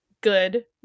good